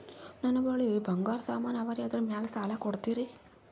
ನನ್ನ ಬಳಿ ಬಂಗಾರ ಸಾಮಾನ ಅವರಿ ಅದರ ಮ್ಯಾಲ ಸಾಲ ಕೊಡ್ತೀರಿ?